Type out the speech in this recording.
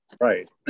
Right